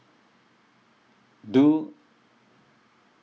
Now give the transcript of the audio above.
do